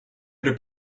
при